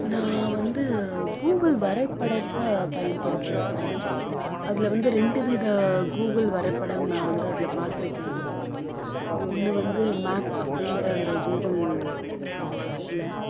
நான் வந்து கூகுள் வரைபடத்தை பயன்படுத்திருக்கிறேன் அதில் வந்து ரெண்டு வித கூகுள் வரைபடம் நான் வந்து அதில் பார்த்துருக்கேன் ஒன்று வந்து மேப் அப்படிங்கற அந்த கூகுள் இதில்